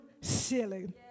silly